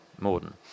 morden